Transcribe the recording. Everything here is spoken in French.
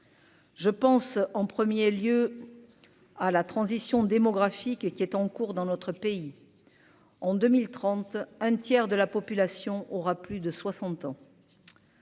Je pense en 1er lieu à la transition démographique et qui est en cours dans notre pays en 2030 un tiers de la population aura plus de 60 ans.